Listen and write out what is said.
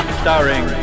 starring